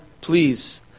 please